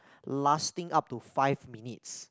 lasting up to five minutes